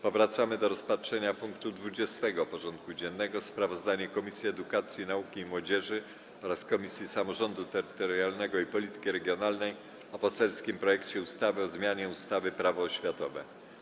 Powracamy do rozpatrzenia punktu 20. porządku dziennego: Sprawozdanie Komisji Edukacji, Nauki i Młodzieży oraz Komisji Samorządu Terytorialnego i Polityki Regionalnej o poselskim projekcie ustawy o zmianie ustawy Prawo oświatowe.